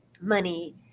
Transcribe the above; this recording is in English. money